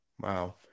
wow